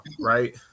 Right